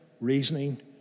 reasoning